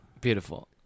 beautiful